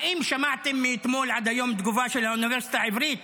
האם שמעתם מאתמול עד היום תגובה של האוניברסיטה העברית?